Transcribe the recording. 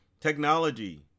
Technology